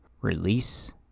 Release